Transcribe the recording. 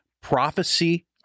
prophecy